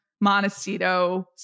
Montecito